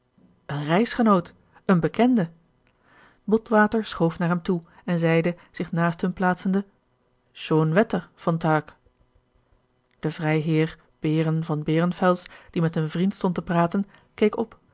een reisgenoot een bekende botwater schoof naar hem toe en zeide zich naast hun plaatsende schon wetter von tag de vrijheer behren von behrenfels die met een vriend stond te praten keek op